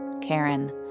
Karen